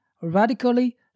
radically